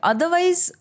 Otherwise